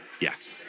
Yes